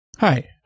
Hi